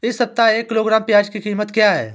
इस सप्ताह एक किलोग्राम प्याज की कीमत क्या है?